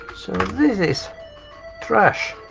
so this is trash.